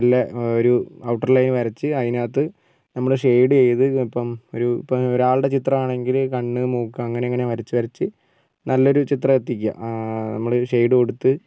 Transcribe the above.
മെല്ലെ ഒരു outer line വരച്ച് അതിനകത്ത് നമ്മൾ ഷെയ്ഡ് ചെയ്ത് ഇപ്പം ഒരു ഇപ്പം ഒരാളുടെ ചിത്രമാണെങ്കിൽ കണ്ണ് മൂക്ക് അങ്ങനെ അങ്ങനെ വരച്ച് വരച്ച് നല്ലൊരു ചിത്രം എത്തിക്കുക നമ്മളെ ഷെയ്ഡ് കൊടുത്ത്